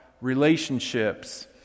relationships